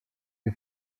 you